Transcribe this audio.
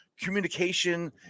communication